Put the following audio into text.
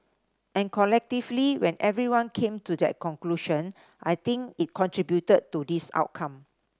and collectively when everyone came to that conclusion I think it contributed to this outcome